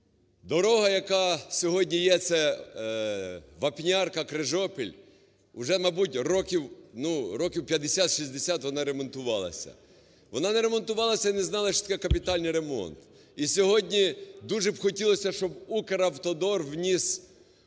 дорога, яка сьогодні є це Вапнярка-Крижопіль, уже, мабуть, років 50-60 вона не ремонтувалася. Вона не ремонтувалася і не знала, що таке капітальний ремонт. І сьогодні дуже б хотілося, щоб "Укравтодор" вніс